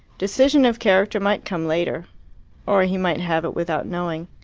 decision of character might come later or he might have it without knowing.